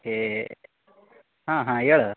ಏ ಹಾಂ ಹಾಂ ಹೇಳ್